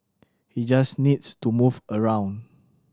he just needs to move around